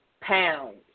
pounds